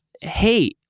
hey